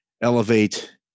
elevate